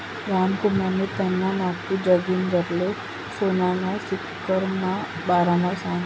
रामकुमारनी त्याना नातू जागिंदरले सोनाना सिक्कासना बारामा सांगं